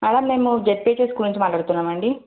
madam మేము ZPC school నుంచి మాట్లాడుతున్నాము అండి